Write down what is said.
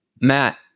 Matt